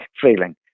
feeling